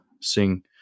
sing